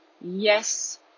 yes